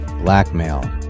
blackmail